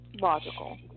logical